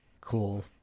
cool